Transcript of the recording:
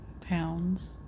Pounds